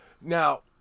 Now